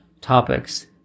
topics